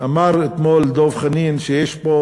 אמר אתמול דב חנין שיש פה,